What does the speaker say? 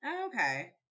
okay